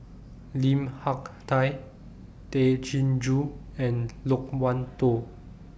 Lim Hak Tai Tay Chin Joo and Loke Wan Tho